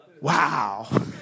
Wow